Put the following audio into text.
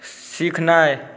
सीखनाइ